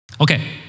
Okay